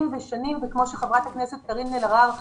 ושנים וכמו שחברת הכנסת קארין אלהרר אמרה,